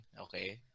okay